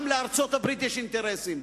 גם לארצות-הברית יש אינטרסים.